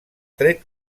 tret